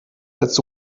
als